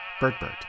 Bertbert